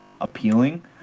appealing